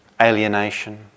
alienation